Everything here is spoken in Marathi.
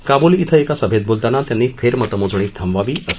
काबूल इथं एका सभेत बोलताना त्यांनी फेरमतमोजणी थांबवावी असं सांगितलं